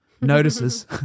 Notices